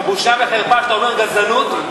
בושה וחרפה שאתה אומר "גזענות",